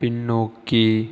பின்னோக்கி